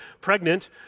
pregnant